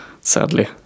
sadly